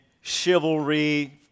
chivalry